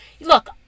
Look